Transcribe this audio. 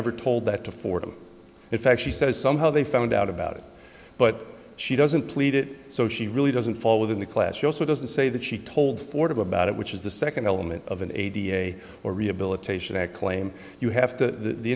ever told that to fordham in fact she says somehow they found out about it but she doesn't plead it so she really doesn't fall within the class she also doesn't say that she told ford about it which is the second element of an a t m or rehabilitation act claim you have to the